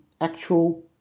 actual